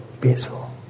peaceful